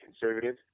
conservative